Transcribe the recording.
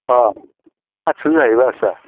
अ' हादस' जाहैबाय आस्सा